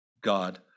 God